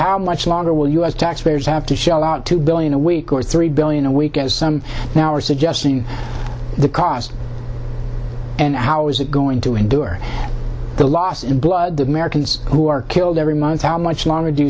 how much longer will u s taxpayers have to shell out two billion a week or three billion a week as some now are suggesting the cost and how is it going to endure the loss in blood the americans who are killed every month how much longer do